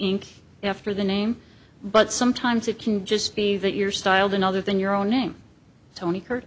ink after the name but sometimes it can just be that your style than other than your own name tony curt